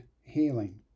healing